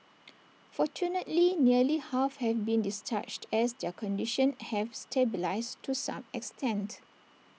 fortunately nearly half have been discharged as their condition have stabilised to some extent